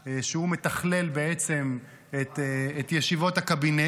שהוא מתכלל בעצם את ישיבות הקבינט.